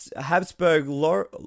habsburg